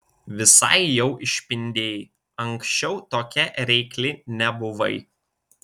visai jau išpindėjai anksčiau tokia reikli nebuvai